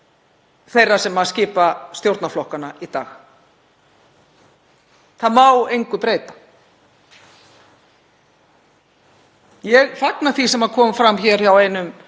þeirra sem skipa stjórnarflokkana í dag. Það má engu breyta. Ég fagna því sem kom fram hjá einum